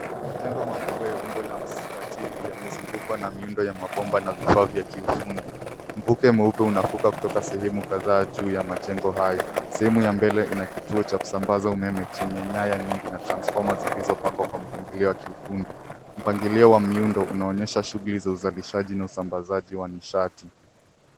Majengo makubwa ya umbo la mstatili yamezungukwa na miundo ya mabomba na vifaa vya kiufundi. Mvuke mweupe unafuka kutoka sehemu kadhaa juu ya majengo hayo. Sehemu ya mbele ina kituo cha kusambaza umeme chenye nyaya nyingi na transfoma zilizopangwa kwa mpangilio wa kiufundi. Mpangilio wa miundo unaonyesha shughuli za uzalishaji na usambazaji wa nishati.